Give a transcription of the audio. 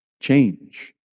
Change